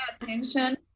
attention